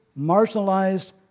marginalized